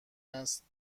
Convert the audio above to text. است